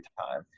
time